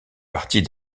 partie